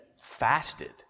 fasted